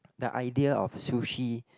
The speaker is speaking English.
the idea of sushi